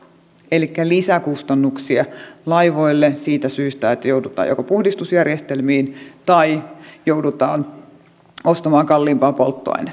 elikkä lisäkustannuksia laivoille siitä syystä että joudutaan joko puhdistusjärjestelmiin tai joudutaan ostamaan kalliimpaa polttoainetta